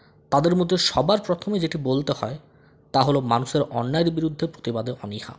তাদের মধ্যে সবার প্রথমে যেটি বলতে হয় তা হল মানুষের অন্যায়ের বিরুদ্ধে প্রতিবাদে অনিহা